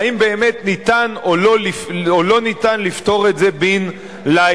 ואם באמת אפשר או אי-אפשר לפתור את זה בן-לילה,